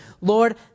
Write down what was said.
Lord